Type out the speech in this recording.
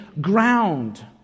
ground